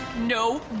No